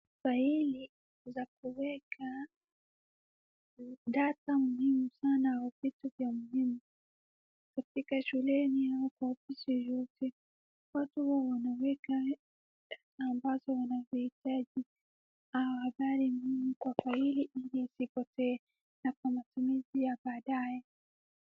Faili za kuweka data muhimu sana ofisi vya muhimu katika shuleni ama kwa ofisi yoyote. Watu huwa wanaweka data ambazo wanazihitaji au habari muhimu kwa faili ndiyo isipotee na kwa matumizi ya baadaye.